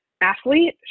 athlete